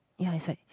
ya it's like